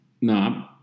No